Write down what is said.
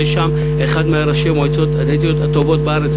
ויש שם אחד מראשי המועצות הדתיות הטובות בארץ,